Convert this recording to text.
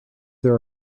there